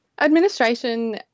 Administration